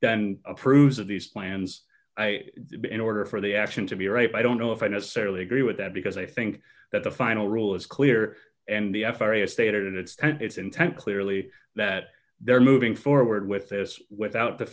then approves of these plans i did in order for the action to be right i don't know if i necessarily agree with that because i think that the final rule is clear and the f r a is stated it's its intent clearly that they're moving forward with this without the